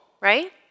right